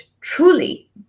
truly